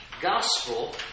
gospel